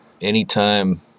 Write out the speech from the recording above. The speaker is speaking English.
anytime